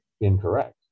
incorrect